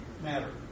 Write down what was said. matter